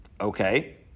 Okay